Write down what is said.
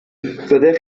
fyddech